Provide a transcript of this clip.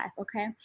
Okay